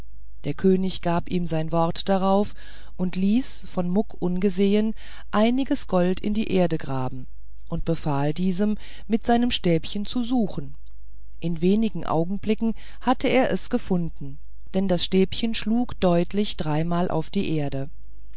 der könig gab ihm sein wort darauf und ließ von muck ungesehen einiges gold in die erde graben und befahl diesem mit seinem stäbchen zu suchen in wenigen augenblicken hatte er es gefunden denn das stäbchen schlug deutlich dreimal auf die erde